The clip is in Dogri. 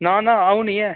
ना ना अ'ऊं निं ऐ